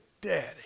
daddy